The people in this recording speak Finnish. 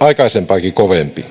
aikaisempaakin kovempi